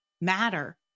matter